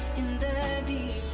in the